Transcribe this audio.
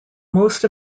most